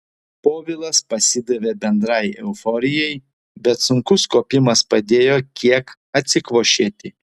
povilas pasidavė bendrai euforijai bet sunkus kopimas padėjo kiek atsikvošėti